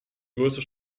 größte